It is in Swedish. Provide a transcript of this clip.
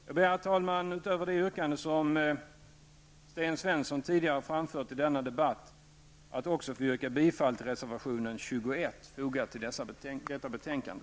Jag ber, herr talman, utöver det yrkande som Sten Svensson tidigare framfört i denna debatt att också få yrka bifall till reservation 21 som är fogad till detta betänkande.